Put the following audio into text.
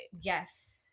Yes